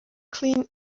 clean